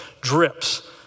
drips